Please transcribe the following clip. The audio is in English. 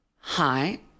Hi